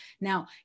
Now